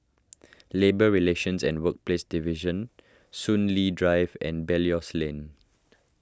Labour Relations and Workplaces Division Soon Lee Drive and Belilios Lane